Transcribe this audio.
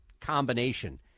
combination